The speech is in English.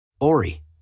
Ori